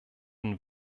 den